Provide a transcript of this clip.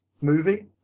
movie